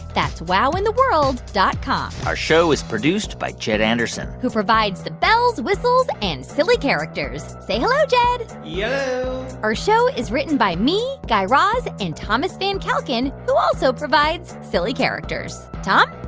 that's wowintheworld dot com our show is produced by jed anderson who provides the bells, whistles and silly characters. say hello, jed yello yeah our show is written by me, guy raz and thomas van kalken, who also provides silly characters. tom?